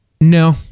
no